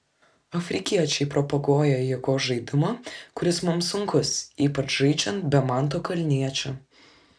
afrikiečiai propaguoja jėgos žaidimą kuris mums sunkus ypač žaidžiant be manto kalniečio